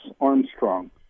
Armstrong